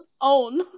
own